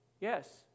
Yes